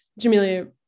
Jamelia